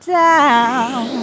down